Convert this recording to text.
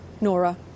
Nora